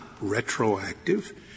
retroactive